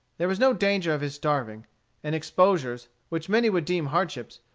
there was no danger of his starving and exposures, which many would deem hardships,